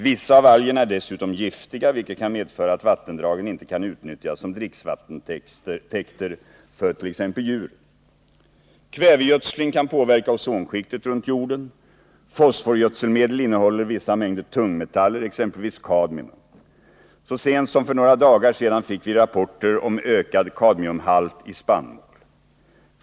Vissa av algerna är dessutom giftiga, vilket kan medföra att vattendragen inte kan utnyttjas som dricksvattentäkter för t.ex. djuren. Kvävegödsling kan påverka ozonskiktet runt jorden. Fosforgödselmedel innehåller vissa mängder tungmetaller, exempelvis kadmium. Så sent som Nr 33 för några dagar sedan fick vi rapporter om ökad kadmiumhalt i spannmål.